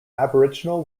aboriginal